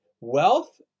wealth